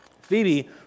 Phoebe